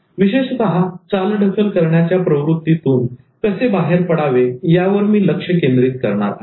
आणि विशेषतः चालढकल करण्याच्या प्रवृत्तीतून कसे बाहेर पडावे यावर मी लक्ष केंद्रित करणार आहे